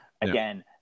Again